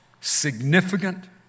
significant